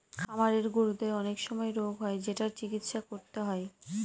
খামারের গরুদের অনেক সময় রোগ হয় যেটার চিকিৎসা করতে হয়